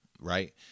right